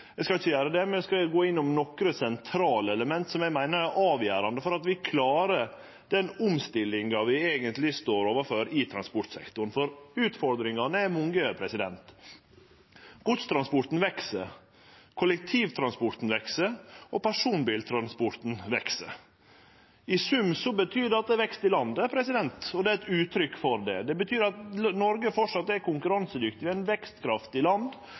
Eg skal ikkje gjere det, men eg skal gå innom nokre sentrale element som eg meiner er avgjerande for at vi klarer den omstillinga vi eigentleg står overfor i transportsektoren. Utfordringane er mange. Godstransporten veks, kollektivtransporten veks, og personbiltransporten veks. I sum betyr det at det er vekst i landet, det er eit uttrykk for det. Det betyr at Noreg framleis er konkurransedyktig. Det er ein